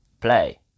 play